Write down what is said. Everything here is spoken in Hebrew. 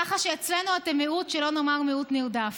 ככה שאצלנו אתם מיעוט, שלא לומר מיעוט נרדף.